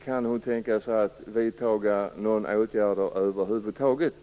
Kan hon tänka sig att vidta några åtgärder över huvud taget?